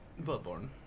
Bloodborne